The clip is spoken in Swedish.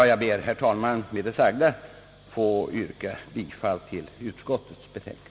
Jag ber, herr talman, att med det sagda få yrka bifall till utskottets betänkande.